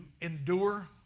endure